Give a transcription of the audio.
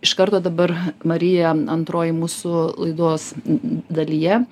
iš karto dabar marija antroji mūsų laidos dalyje